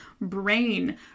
brain